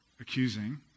accusing